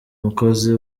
umukozi